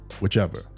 whichever